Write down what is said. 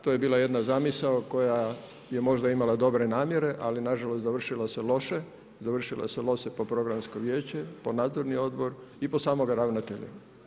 To je bila jedna zamisao, kao je je možda imala dobre namjere, ali nažalost završilo se loše, završilo se loše po programsko vijeće, po nadzorni odbor i po samog ravnatelja.